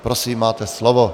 Prosím, máte slovo.